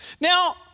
Now